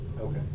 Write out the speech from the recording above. Okay